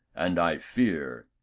and i fear.